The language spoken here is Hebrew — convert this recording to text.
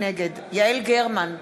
נגד יעל גרמן,